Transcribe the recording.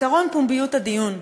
עקרון פומביות הדיון.